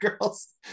girls